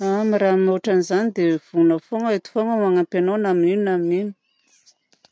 Raha amin'ny ohatran'izany dia vonona foana aho eto foana aho hanampy anao na amin'ny inona na amin'ny inona.